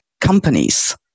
companies